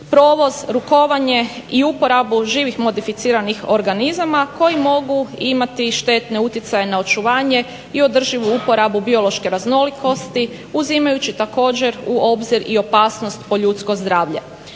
provoz, rukovanje i uporabu živih modificiranih organizama koji mogu imati štetne utjecaje na očuvanje i održivu uporabu biološke raznolikosti uzimajući također u obzir i opasnost po ljudsko zdravlje.